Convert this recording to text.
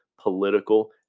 political